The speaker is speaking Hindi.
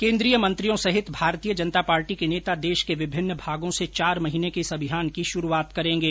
केंद्रीय मंत्रियों सहित भारतीय जनता पार्टी के नेता देश के विभिन्न भागों से चार महीने के इस अभियान की शुरुआत करेंगे